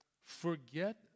Forget